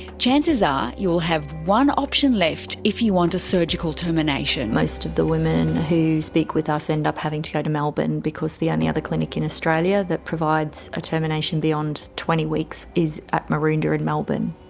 chances are you'll have one option left if you want a surgical termination. most of the women who speak with us end up having to go to melbourne because the only other clinic in australia that provides a termination beyond twenty weeks is at maroondah in and melbourne.